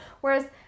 whereas